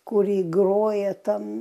kurį groja tam